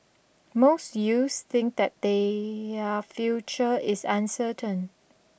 most youths think that they are future is uncertain